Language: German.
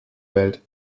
welt